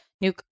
new